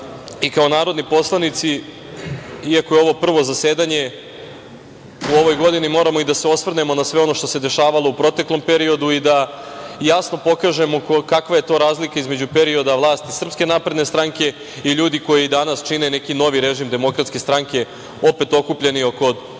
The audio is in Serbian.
i kao narodni poslanici, iako je ovo prvo zasedanje u ovoj godini, moramo i da se osvrnemo na sve ono što se dešavalo u proteklom periodu i da jasno pokažemo kakva je to razlika između perioda vlasti SNS i ljudi koji danas čine neki novi režim DS, opet okupljeni oko Dragana